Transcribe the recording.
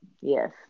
Yes